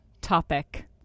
topic